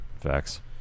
Facts